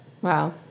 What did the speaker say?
Wow